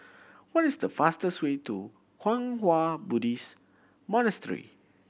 what is the fastest way to Kwang Hua Buddhist Monastery